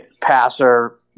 passer